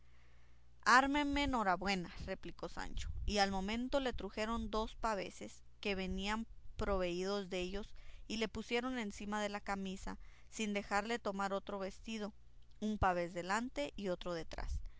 ármenme norabuena replicó sancho y al momento le trujeron dos paveses que venían proveídos dellos y le pusieron encima de la camisa sin dejarle tomar otro vestido un pavés delante y otro detrás